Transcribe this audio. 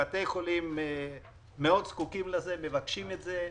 בתי חולים מאוד זקוקים לזה ומבקשים את זה.